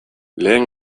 lehen